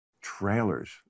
Trailers